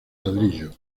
ladrillo